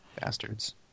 Bastards